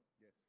Yes